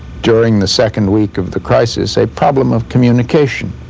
during the second week of the crisis, a problem of communication.